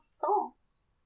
Thoughts